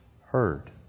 heard